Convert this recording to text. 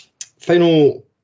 Final